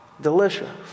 delicious